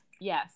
Yes